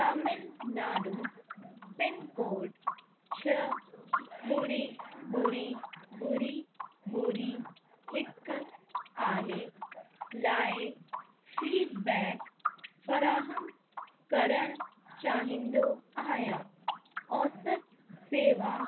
Tamil Nadu pin code छह ॿुड़ी ॿुड़ी ॿुड़ी ॿुड़ी हिकु आहे लाइ फीडबैक फ़राहम करणु चाहींदो आहियां औसत शेवा